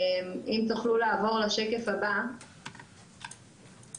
מכיוון שכמו שציינתי אנחנו אחראים על כל